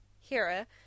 Hera